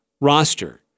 roster